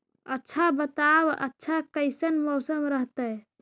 आच्छा बताब आज कैसन मौसम रहतैय?